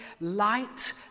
light